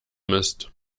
ist